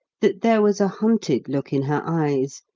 that there was a hunted look in her eyes,